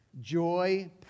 joy